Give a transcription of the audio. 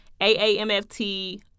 AAMFT